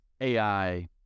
AI